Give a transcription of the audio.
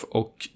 och